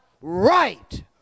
right